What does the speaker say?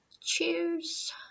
cheers